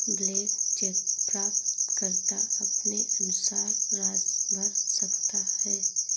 blank cheque प्राप्तकर्ता अपने अनुसार राशि भर सकता है